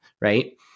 right